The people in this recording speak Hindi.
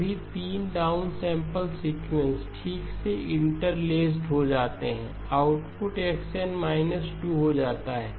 सभी 3 डाउन सैंपल सीक्वेंस ठीक से इंटरलेस्ड हो जाते हैं आउटपुट x n 2 हो जाता है